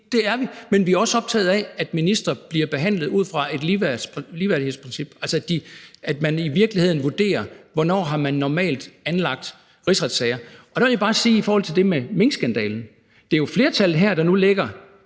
det gør vi. Men vi er også optaget af, at ministre bliver behandlet ud fra et ligeværdighedsprincip, altså at man i virkeligheden vurderer, hvornår man normalt har anlagt rigsretssager. Der vil jeg bare sige i forhold til det med minkskandalen, at det jo er flertallet her, der nu i